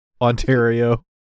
Ontario